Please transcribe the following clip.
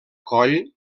coll